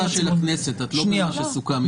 את בוועדת החוקה של הכנסת, את לא במה שסוכם אתכם.